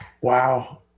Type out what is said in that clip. Wow